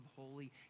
holy